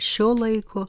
šio laiko